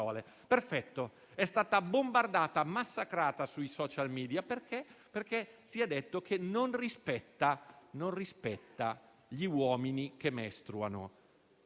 Ebbene, è stata bombardata e massacrata sui *social media*, perché si è detto che non rispetta gli uomini che mestruano.